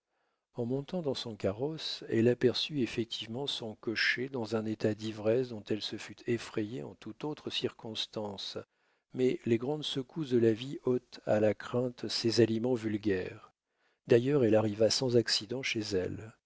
en montant dans son carrosse elle aperçut effectivement son cocher dans un état d'ivresse dont elle se fût effrayée en toute autre circonstance mais les grandes secousses de la vie ôtent à la crainte ses aliments vulgaires d'ailleurs elle arriva sans accident chez elle